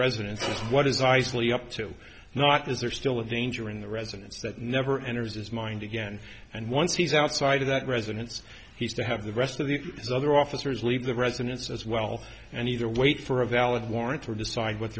residence what is isley up to not is there still a danger in the residence that never enters his mind again and once he's outside of that residence he's to have the rest of the other officers leave the residence as well and either wait for a valid warrant or decide what